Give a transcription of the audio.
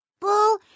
Bull